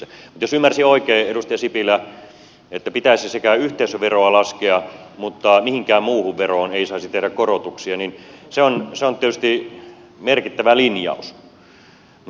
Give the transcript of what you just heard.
mutta jos ymmärsin oikein edustaja sipilä että pitäisi yhteisöveroa laskea mutta mihinkään muuhun veroon ei saisi tehdä korotuksia niin se on tietysti merkittävä lin jaus